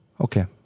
Okay